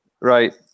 right